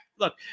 Look